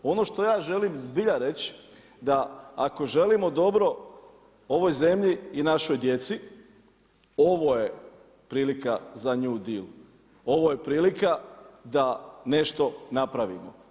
Ono što ja želim zbilja reć da ako želimo dobro ovoj zemlji i našoj djeci ovo je prilika za new deal, ovo je prilika da nešto napravimo.